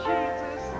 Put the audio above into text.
Jesus